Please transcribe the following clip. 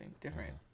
different